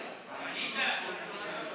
הצבעה.